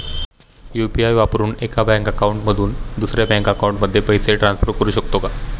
UPI वापरून एका bank account मधून दुसऱ्या बँक अकाउंटमध्ये पैसे ट्रान्सफर करू शकतो का?